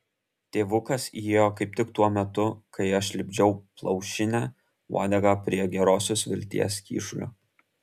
tėvukas įėjo kaip tik tuo metu kai aš lipdžiau plaušinę uodegą prie gerosios vilties kyšulio